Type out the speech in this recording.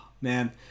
man